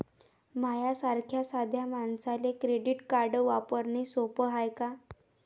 माह्या सारख्या साध्या मानसाले क्रेडिट कार्ड वापरने सोपं हाय का?